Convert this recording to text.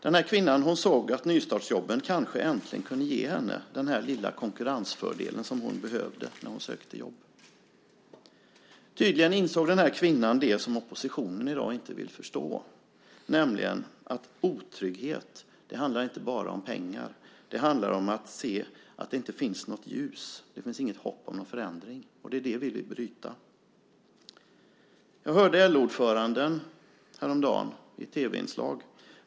Den här kvinnan såg att nystartsjobben kanske äntligen kunde ge henne den lilla konkurrensfördel som hon behövde när hon sökte jobb. Tydligen insåg den här kvinnan det som oppositionen i dag inte vill förstå, nämligen att otrygghet inte bara handlar om pengar. Det handlar om att se att det inte finns något ljus och inte något hopp om en förändring. Det är det vi vill bryta. Jag hörde LO-ordföranden i ett tv-inslag häromdagen.